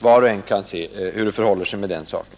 Var och en kan se hur det förhåller sig med den saken.